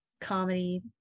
comedy